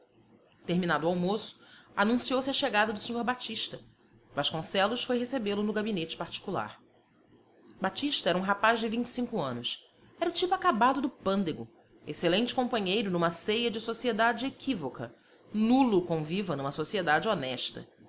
terminado o almoço anunciou se a chegada do sr batista vasconcelos foi recebê-lo no gabinete particular batista era um rapaz de vinte e cinco anos era o tipo acabado do pândego excelente companheiro numa ceia de sociedade equívoca nulo conviva numa sociedade honesta